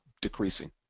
decreasing